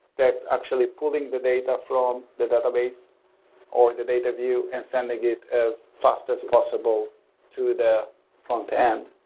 that's actually pulling the data from the database or the dataview and sending it as fast as possible to the frontend.